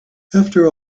after